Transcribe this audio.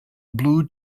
blue